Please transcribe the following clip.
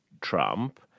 Trump